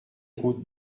route